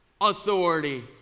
authority